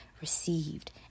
received